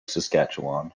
saskatchewan